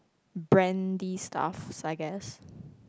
brandy stuffs I guess